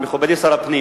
שר הפנים,